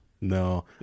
No